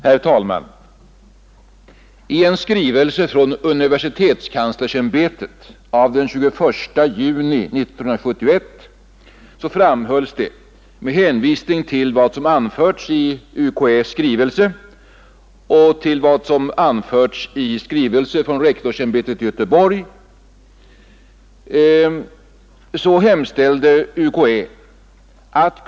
Herr talman! I en skrivelse av den 21 juni 1971 hemställde universitetskanslersämbetet med hänvisning till en skrivelse från rektorsämbetet vid universitetet i Göteborg att ”Kungl.